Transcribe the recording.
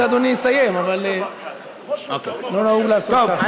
או שאדוני יסיים, אבל לא נהוג לעשות ככה.